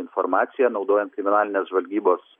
informacija naudojant kriminalinės žvalgybos